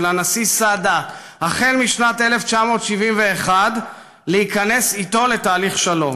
של הנשיא סאדאת החל בשנת 1971 להיכנס איתו לתהליך השלום?